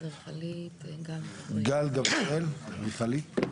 גל גבריאל, אדריכלית.